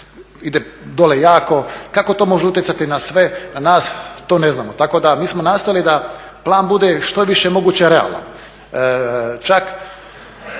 ide dolje jako. Kako to može utjecati na sve nas, to ne znamo. Tako da mi smo nastojali da plan bude što više moguće realan. Možda